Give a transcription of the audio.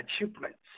achievements